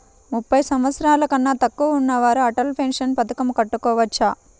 ముప్పై సంవత్సరాలకన్నా తక్కువ ఉన్నవారు అటల్ పెన్షన్ పథకం కట్టుకోవచ్చా?